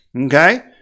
Okay